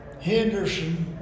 Henderson